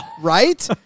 right